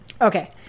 Okay